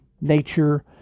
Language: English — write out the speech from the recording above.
nature